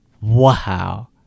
wow